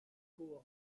contrôle